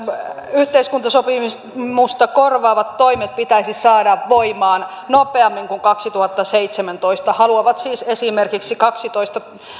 yhteiskuntasopimusta korvaavat toimet pitäisi saada voimaan nopeammin kuin kaksituhattaseitsemäntoista he haluavat siis esimerkiksi